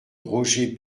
roger